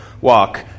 walk